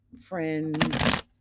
friends